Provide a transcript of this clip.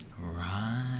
right